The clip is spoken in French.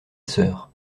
sœur